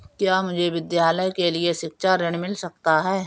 क्या मुझे विद्यालय शिक्षा के लिए ऋण मिल सकता है?